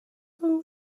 who